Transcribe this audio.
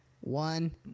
One